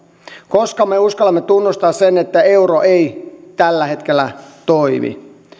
koska me me uskallamme tunnustaa sen että euro ei tällä hetkellä toimi